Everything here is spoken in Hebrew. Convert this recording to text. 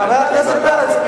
חבר הכנסת פרץ,